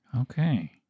okay